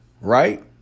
right